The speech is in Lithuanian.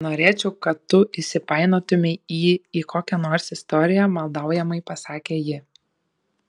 nenorėčiau kad tu įsipainiotumei į į kokią nors istoriją maldaujamai pasakė ji